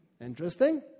Interesting